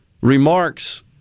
remarks